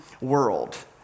world